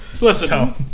Listen